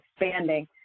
expanding